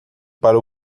para